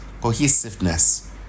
cohesiveness